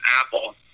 Apple